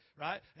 right